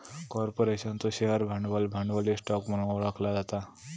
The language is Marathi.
कॉर्पोरेशनचो शेअर भांडवल, भांडवली स्टॉक म्हणून ओळखला जाता